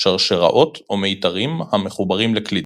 שרשראות או מיתרים המחוברים לקלידים.